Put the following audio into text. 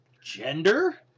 gender